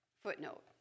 Footnote